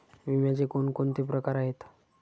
विम्याचे कोणकोणते प्रकार आहेत?